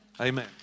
Amen